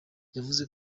yavuze